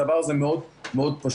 הדבר הזה מאוד פשוט.